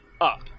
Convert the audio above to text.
up